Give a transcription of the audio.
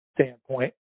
standpoint